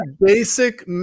basic